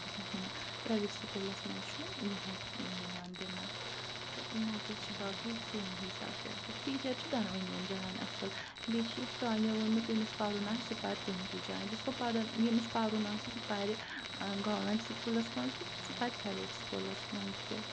کِہیٖنۍ نہٕ پرٛایویٹ سکوٗلَس منٛز چھُ یِہٕے یِوان دِنہٕ تہٕ نہ تہٕ حظ چھِ باقٕے سیم ہی سبجَکٹ ٹیٖچَر چھِ دۄنوٕنِی جایَن اَصٕل بیٚیہِ چھِ یہِ پرٛانیو ووٚنمُت ییٚمِس پَرُن آسہِ سُہ پَرِ کُنہِ تہِ جاے جس کو پرھن ییٚمِس پَرُن آسہِ سُہ پَرِ گورمیٚنٛٹ سکوٗلَس منٛز تہِ تہٕ سُہ پَرِ پرٛایویٹ سکوٗلَس منٛز تہِ